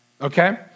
okay